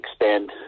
expand